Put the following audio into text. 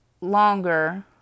longer